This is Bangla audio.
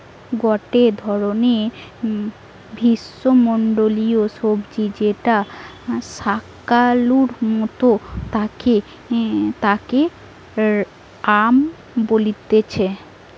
গটে ধরণের গ্রীষ্মমন্ডলীয় সবজি যেটা শাকালুর মতো তাকে য়াম বলতিছে